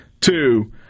Two